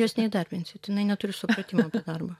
jos neįdarbinsit jinai neturi supratimo apie darbą